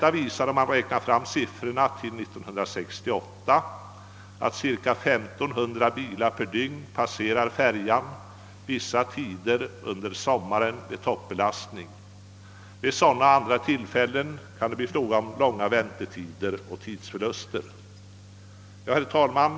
Om siffrorna räknas fram till 1968 finner man att under vissa tider på sommaren, då det är toppbelastning, cirka 1500 bilar per dygn fraktas över av färjan. Vid sådana tillfällen kan det bli fråga om långa väntetider och stora tidsförluster. Herr talman!